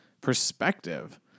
perspective